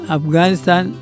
Afghanistan